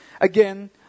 again